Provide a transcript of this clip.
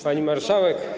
Pani Marszałek!